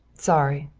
sorry.